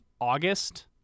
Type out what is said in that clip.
August